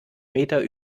meter